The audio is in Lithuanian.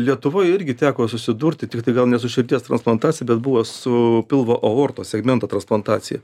lietuvoj irgi teko susidurti tiktai gal ne su širdies transplantacija bet buvo su pilvo aortos segmento transplantacija